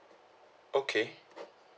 okay